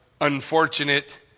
unfortunate